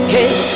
Hey